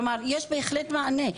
כלומר יש בהחלט מענה.